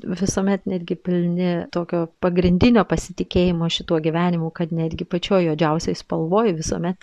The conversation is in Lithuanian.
visuomet netgi pilni tokio pagrindinio pasitikėjimo šituo gyvenimu kad netgi pačioj juodžiausioj spalvoje visuomet